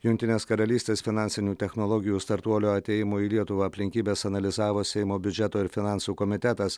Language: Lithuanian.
jungtinės karalystės finansinių technologijų startuolio atėjimo į lietuvą aplinkybes analizavo seimo biudžeto ir finansų komitetas